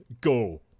go